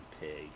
pig